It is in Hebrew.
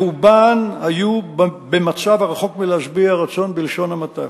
ברובן היו במצב רחוק מלהשביע רצון בלשון המעטה.